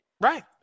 Right